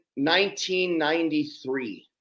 1993